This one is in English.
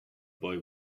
boy